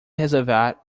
reservar